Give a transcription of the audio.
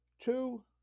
Two